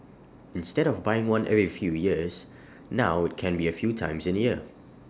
instead of buying one every few years now IT can be A few times in A year